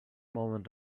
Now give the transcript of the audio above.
moment